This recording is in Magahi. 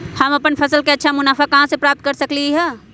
हम अपन फसल से अच्छा मुनाफा कहाँ से प्राप्त कर सकलियै ह?